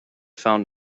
found